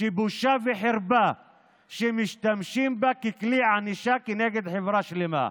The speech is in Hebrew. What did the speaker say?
שבושה וחרפה שמשתמשים בה ככלי ענישה כנגד חברה שלמה.